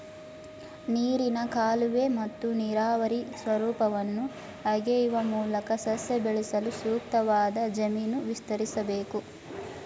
ನೀರಿನ ಕಾಲುವೆ ಮತ್ತು ನೀರಾವರಿ ಸ್ವರೂಪವನ್ನು ಅಗೆಯುವ ಮೂಲಕ ಸಸ್ಯ ಬೆಳೆಸಲು ಸೂಕ್ತವಾದ ಜಮೀನು ವಿಸ್ತರಿಸ್ಬೇಕು